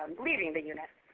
leaving the units.